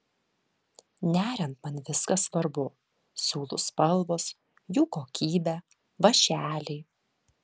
neriant man viskas svarbu siūlų spalvos jų kokybė vąšeliai